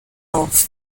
auf